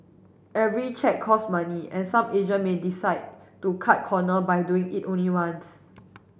every check cost money and some agent may decide to cut corner by doing it only once